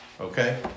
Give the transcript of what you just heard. okay